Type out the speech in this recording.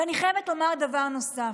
ואני חייבת לומר דבר נוסף.